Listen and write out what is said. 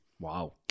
Wow